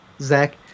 Zach